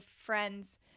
friends